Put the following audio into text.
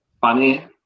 funny